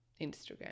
Instagram